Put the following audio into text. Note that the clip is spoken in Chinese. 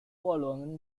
沃伦